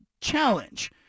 challenge